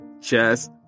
chess